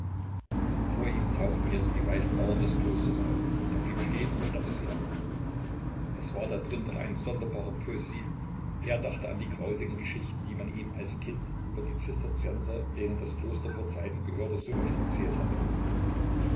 vor ihm tauchten jetzt die weißen mauern des klosters auf er blieb stehen und starrte sie an es war da drin doch eine sonderbare poesie er dachte an die grausigen geschichten die man ihm als kind über die zisterzienser denen das kloster vor zeiten gehörte so oft erzählt hatte